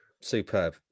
superb